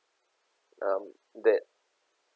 um that